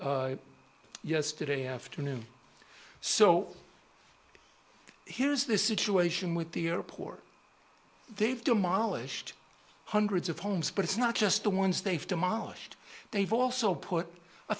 yesterday afternoon so here's the situation with the airport they've demolished hundreds of homes but it's not just the ones they've demolished they've also put a